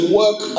work